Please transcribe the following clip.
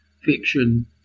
fiction